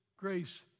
Grace